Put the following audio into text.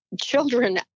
children